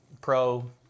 pro